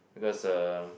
because uh